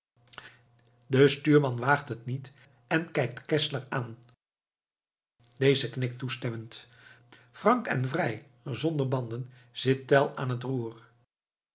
de stuurman waagt het niet en kijkt geszler aan deze knikt toestemmend frank en vrij zonder banden zit tell aan het roer